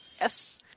Yes